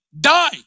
die